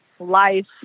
life